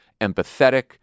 empathetic